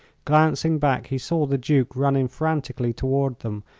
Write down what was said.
glancing back he saw the duke running frantically toward them,